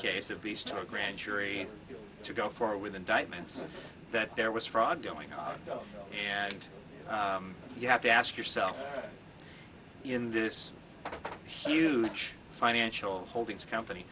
case of based on grand jury to go far with indictments that there was fraud going on and you have to ask yourself in this huge financial holdings company